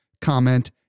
comment